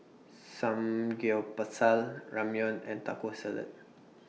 Samgyeopsal Ramyeon and Taco Salad